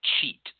cheat